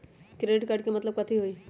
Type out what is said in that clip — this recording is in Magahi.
क्रेडिट कार्ड के मतलब कथी होई?